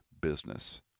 business